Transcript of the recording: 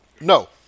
No